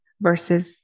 versus